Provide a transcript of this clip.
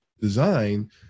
design